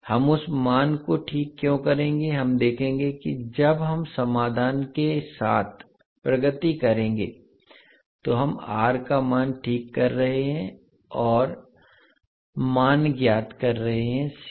हम उस मान को ठीक क्यों करेंगे हम देखेंगे कि जब हम समाधान के साथ प्रगति करेंगे तो हम R का मान ठीक कर रहे हैं और मान ज्ञात कर रहे हैं C